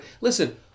listen